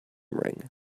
ring